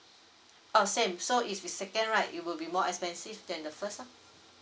oh same so if it's second right it will be more expensive than the first lah